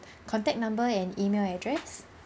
contact number and email address